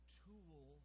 tool